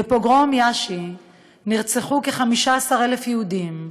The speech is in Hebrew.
בפוגרום יאשי נרצחו כ-15,000 יהודים,